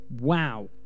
wow